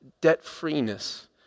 debt-freeness